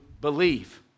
believe